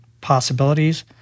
possibilities